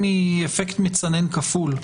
מאפקט מצנן כפול: